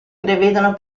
prevedono